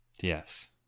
Yes